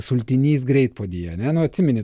sultinys greitpuodyje ar ne nu atsimeni